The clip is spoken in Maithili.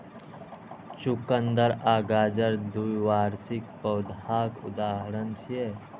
चुकंदर आ गाजर द्विवार्षिक पौधाक उदाहरण छियै